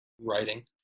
writing